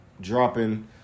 dropping